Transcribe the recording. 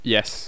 Yes